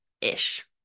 ish